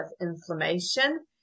inflammation